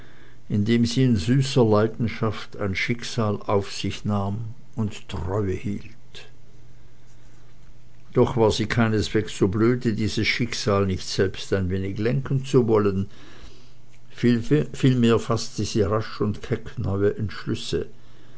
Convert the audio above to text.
indem sie in süßer leidenschaft ein schicksal auf sich nahm und treue hielt doch war sie keineswegs so blöde dieses schicksal nicht selbst ein wenig lenken zu wollen vielmehr faßte sie rasch und keck neue entschlüsse